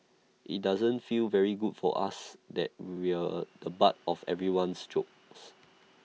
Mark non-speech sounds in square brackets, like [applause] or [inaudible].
IT doesn't feel very good for us that we're [noise] the butt of everyone's jokes